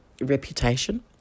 reputation